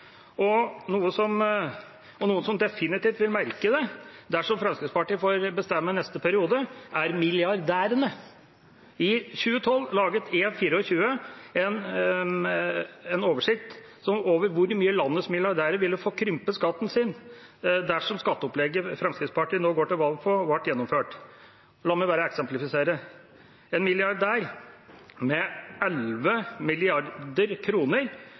Noen som definitivt vil merke det dersom Fremskrittspartiet får bestemme neste periode, er milliardærene. I 2012 laget E24 en oversikt over hvor mye landets milliardærer ville få krympet skatten sin dersom skatteopplegget Fremskrittspartiet nå går til valg på, ble gjennomført. La meg eksemplifisere: En milliardær med en formue på 11 mrd. kr ville fått redusert sin skatt med